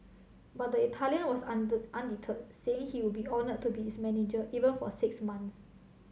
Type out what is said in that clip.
but the Italian was undeterred saying he would be honoured to be its manager even for six months